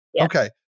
Okay